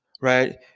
Right